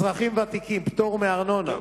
אזרחים ותיקים, פטור מארנונה,